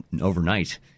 overnight